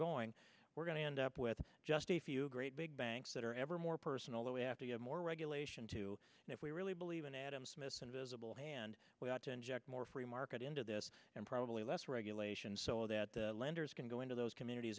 going we're going to end up with just a few great big banks that are ever more personal that we have to get more regulation to if we really believe in adam smith's invisible hand we ought to inject more free market into this and probably less regulation so that the lenders can go into those communities